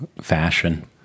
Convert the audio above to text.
fashion